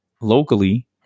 locally